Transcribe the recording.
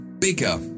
bigger